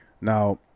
Now